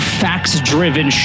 facts-driven